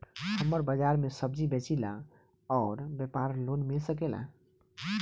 हमर बाजार मे सब्जी बेचिला और व्यापार लोन मिल सकेला?